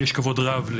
ויש כבוד רב,